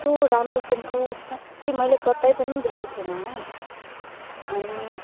यस्तो राम्रो स्याम्पो साँच्ची पनि मैले कतै पनि देखेको थिइनँ हो अनि